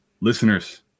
Listeners